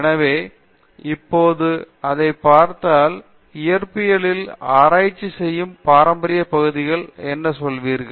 எனவே இப்போது அதைப் பார்த்தால் இயற்பியலில் ஆராய்ச்சி செய்யும் பாரம்பரிய பகுதிகளாக என்ன சொல்லுவீர்கள்